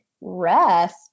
rest